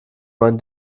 mein